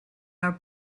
our